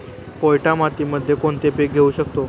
पोयटा मातीमध्ये कोणते पीक घेऊ शकतो?